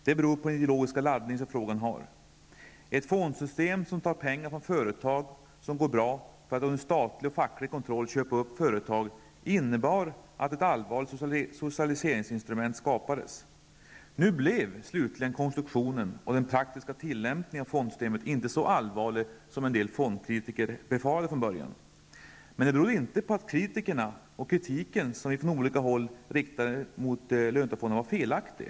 Det beror på den ideologiska laddning som frågan har. Ett fondsystem som tar pengar från företag som går bra för att under statlig och facklig kontroll köpa upp företag, innebar att ett allvarligt socialiseringsinstrument skapades. Nu blev konstruktionen och den praktiska tillämpningen av fondsystemet inte så allvarlig som en del fondkritiker från början befarade. Men det berodde inte på att den kritik som vi från olika håll riktade mot löntagarfonderna var felaktig.